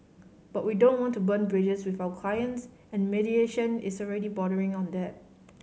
but we don't want to burn bridges with our clients and mediation is already bordering on that